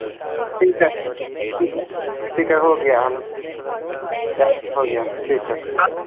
ठीक है ठीक है ठीक है हो गया हम हो गया ठीक है